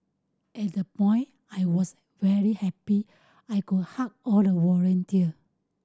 at that point I was very happy I could hug all the volunteer